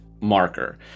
marker